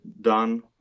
done